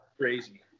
crazy